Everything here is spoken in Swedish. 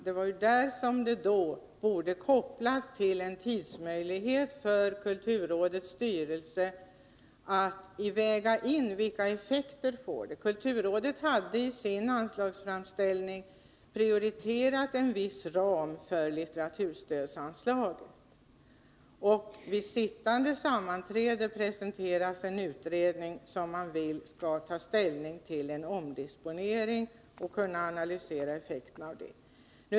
Det borde då kopplas till en tidsmöjlighet för kulturrådets styrelse att väga in vilka effekter det får. Kulturrådet hade i sin anslagsframställning prioriterat en viss ram för litteraturstödsanslaget. Vid sittande sammanträde presenterades en utredning som man ville skulle ta ställning till en omdisponering och analysera effekterna av den.